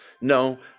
No